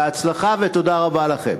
בהצלחה ותודה רבה לכם.